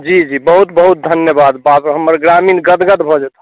जी जी बहुत बहुत धन्यवाद बाप रे हमर ग्रामीण गदगद भऽ जेताह